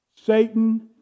Satan